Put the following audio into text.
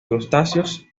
crustáceos